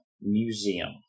Museum